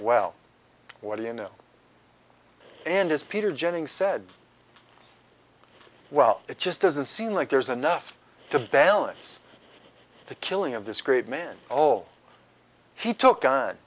well what do you know and as peter jennings said well it just doesn't seem like there's enough to balance the killing of this great man all he took on